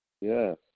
Yes